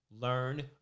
Learn